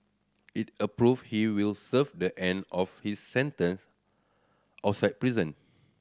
it approved he will serve the end of his sentence outside prison